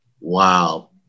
Wow